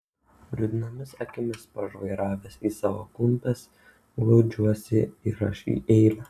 liūdnomis akimis pažvairavęs į savo klumpes glaudžiuosi ir aš į eilę